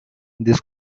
this